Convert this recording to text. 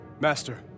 master